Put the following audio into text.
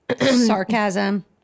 sarcasm